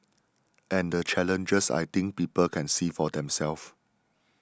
and the challenges I think people can see for themselves